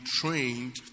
trained